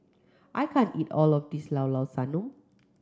I can't eat all of this Llao Llao Sanum